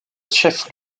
chef